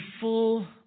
full